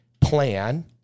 plan